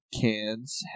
Cans